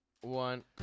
one